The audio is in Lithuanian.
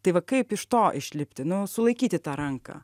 tai va kaip iš to išlipti nu sulaikyti tą ranką